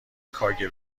kgb